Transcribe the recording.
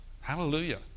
Hallelujah